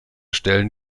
stellen